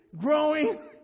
growing